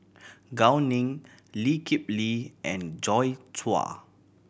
Gao Ning Lee Kip Lee and Joi Chua